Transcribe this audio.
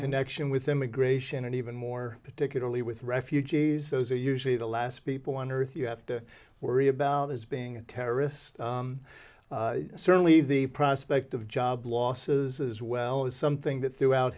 connection with immigration and even more particularly with refugees those are usually the last people on earth you have to worry about as being a terrorist certainly the prospect of job losses as well as something that throughout